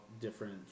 different